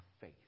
faith